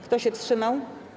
Kto się wstrzymał?